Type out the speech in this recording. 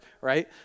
right